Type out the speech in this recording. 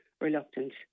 reluctant